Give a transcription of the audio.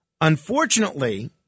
Unfortunately